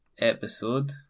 episode